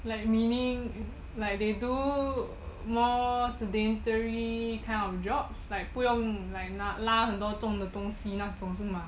like meaning like they do more sedentary kind of jobs like 不用 lah 很多重的东西那种吗 na zhong ma